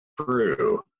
true